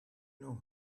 know